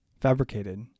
fabricated